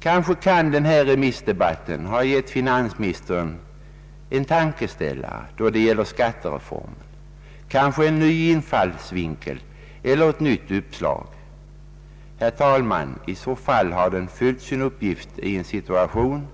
Kanske har den här remissdebatten gett finansministern en tankeställare då det gäller skattereformen, kanske en ny infallsvinkel eller ett nytt uppslag. Herr talman! I så fall har den fyllt sin uppgift i en situation